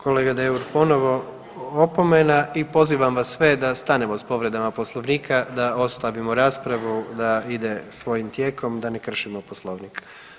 Kolega Deur, ponovno opomena i pozivam vas sve da stanemo sa povredama Poslovnika, da ostavimo raspravu da ide svojim tijekom, da ne kršimo Poslovnik.